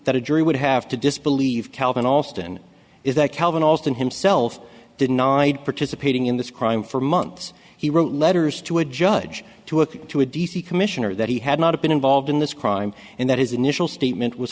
that a jury would have to disbelieve calvin alston is that calvin alston himself denied participating in this crime for months he wrote letters to a judge to appeal to a d c commissioner that he had not been involved in this crime and that his initial statement was